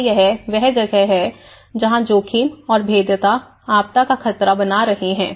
तो यह वह जगह है जहां जोखिम और भेद्यता आपदा का खतरा बना रहे हैं